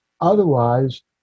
Otherwise